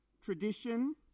tradition